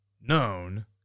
known